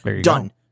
Done